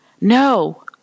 No